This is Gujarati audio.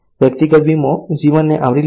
વ્યક્તિગત વીમો જીવનને આવરી લે છે